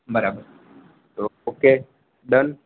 બરાબર okay done